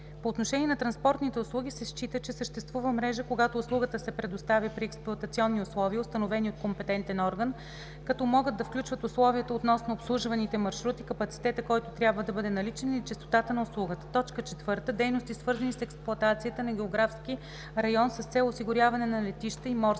По отношение на транспортните услуги се счита, че съществувa мрежa, когато услугатa се предоставя при експлоатационни условия, установени от компетентен орган, като могат да включват условията относно обслужваните маршрути, капацитета, който трябва дa бъде наличен, или честотатa нa услугатa. 4. Дейности, свързани с експлоатацията на географски район, с цел осигуряване на летища и морски